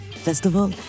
Festival